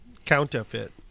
counterfeit